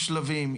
יש שלבים,